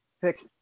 pick